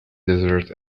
desert